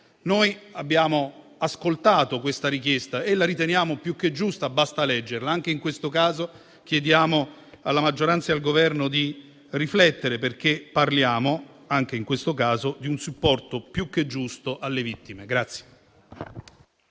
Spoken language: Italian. Noi abbiamo ascoltato questa richiesta e la riteniamo più che giusta, basta leggerla. Anche in questo caso, chiediamo alla maggioranza e al Governo di riflettere, perché parliamo nuovamente di un supporto più che giusto alle vittime.